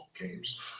Games